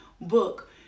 book